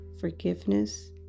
forgiveness